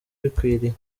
bikwiriye